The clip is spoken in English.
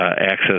access